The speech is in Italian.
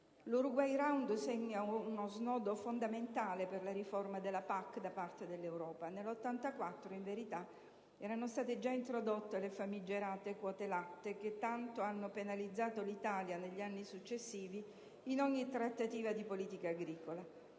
L'Uruguay Round segna uno snodo fondamentale per la riforma della PAC da parte dell'Europa. Nel 1984, in verità, erano state già introdotte le famigerate quote latte, che tanto hanno penalizzato l'Italia negli anni successivi, in ogni trattativa di politica agricola.